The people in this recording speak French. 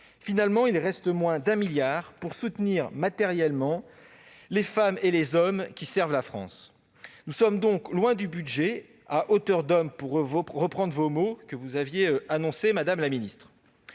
Finalement, il reste moins de 1 milliard d'euros pour soutenir matériellement les femmes et les hommes qui servent la France. Nous sommes donc loin du budget « à hauteur d'homme » que vous aviez annoncé, madame la ministre.